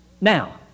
now